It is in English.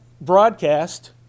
broadcast